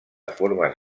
formes